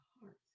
heart